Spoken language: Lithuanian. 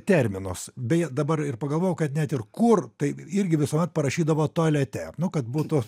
terminus beje dabar ir pagalvojau kad net ir kur tai irgi visuomet parašydavo tualete nu kad būtų